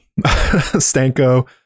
Stanko